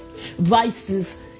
vices